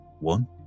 One